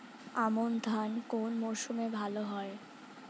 আমন ধান কোন মরশুমে ভাল হয়?